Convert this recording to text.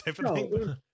No